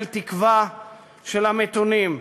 של תקווה של המתונים,